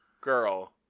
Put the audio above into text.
girl